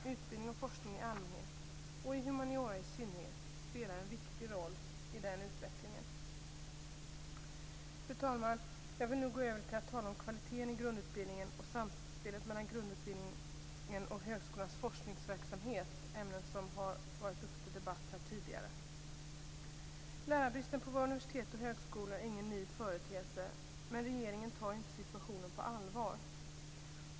Utbildning och forskning i allmänhet och i humaniora i synnerhet spelar en viktig roll i den utvecklingen. Fru talman! Jag vill nu gå över till att tala om kvaliteten i grundutbildningen och samspelet mellan grundutbildningen och högskolornas forskningsverksamhet - ämnen som har varit uppe till debatt här tidigare. Lärarbristen på våra universitet och högskolor är ingen ny företeelse, men regeringen tar inte situationen på allvar.